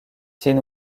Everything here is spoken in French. tin